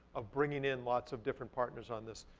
of bringing in lots of different partners on this,